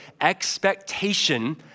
expectation